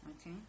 Okay